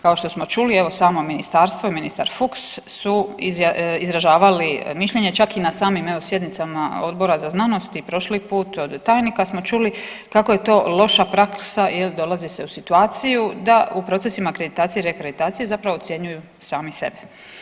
Kao što smo čuli samo ministarstvo i ministar Fuchs su izražavali mišljenje čak i na samim evo sjednicama Odbora za znanost i prošli put od tajnika smo čuli kako je to loša praksa jer dolazi se u situaciju da u procesima akreditacije i reakreditacije zapravo ocjenjuju sami sebe.